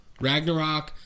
Ragnarok